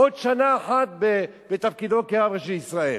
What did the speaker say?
עוד שנה אחת בתפקידו כרב ראשי לישראל.